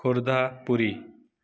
Khordha Puri